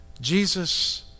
Jesus